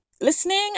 listening